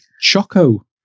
choco